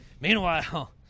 Meanwhile